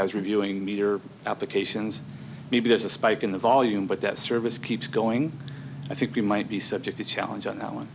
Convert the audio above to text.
as reviewing meter applications maybe there's a spike in the volume but that service keeps going i think you might be subject to challenge on